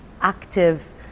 active